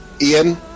Ian